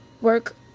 Work